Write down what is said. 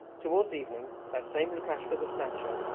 towards evening, that same lukashka the snatcher,